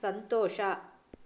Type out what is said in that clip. ಸಂತೋಷ